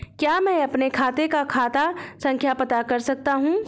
क्या मैं अपने खाते का खाता संख्या पता कर सकता हूँ?